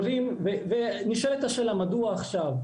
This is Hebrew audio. נשאלת השאלה מדוע עכשיו.